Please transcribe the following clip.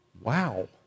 wow